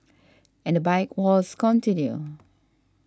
and the bike wars continue